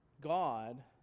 God